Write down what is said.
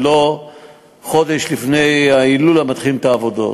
ולא שחודש לפני ההילולה מתחילים את העבודות.